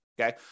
Okay